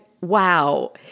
wow